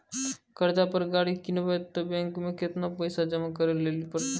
कर्जा पर गाड़ी किनबै तऽ बैंक मे केतना पैसा जमा करे लेली पड़त?